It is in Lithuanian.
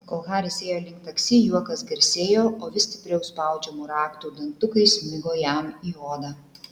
kol haris ėjo link taksi juokas garsėjo o vis stipriau spaudžiamų raktų dantukai smigo jam į odą